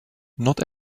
not